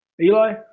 eli